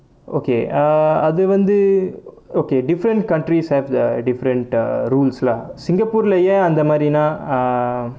okay ah அது வந்து:athu vanthu okay different countries have different rules lah singapore லை ஏன் அந்த மாதிரினா:lai yaen antha maathirinaa um